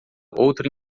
outro